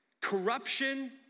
corruption